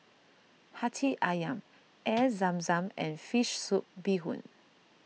Hati Ayam Air Zam Zam and Fish Soup Bee Hoon